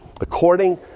According